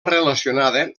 relacionada